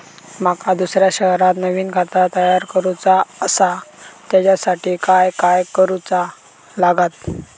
माका दुसऱ्या शहरात नवीन खाता तयार करूचा असा त्याच्यासाठी काय काय करू चा लागात?